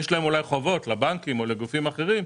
אולי יש להן חובות לבנקים או לגופים אחרים,